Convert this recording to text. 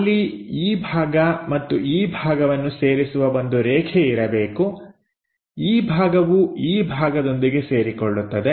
ಅಲ್ಲಿ ಈ ಭಾಗ ಮತ್ತು ಈ ಭಾಗವನ್ನು ಸೇರಿಸುವ ಒಂದು ರೇಖೆ ಇರಬೇಕು ಈ ಭಾಗವು ಈ ಭಾಗದೊಂದಿಗೆ ಸೇರಿಕೊಳ್ಳುತ್ತದೆ